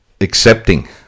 accepting